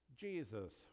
Jesus